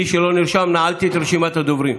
מי שלא נרשם, נעלתי את רשימת הדוברים.